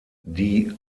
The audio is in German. die